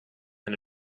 and